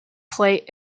played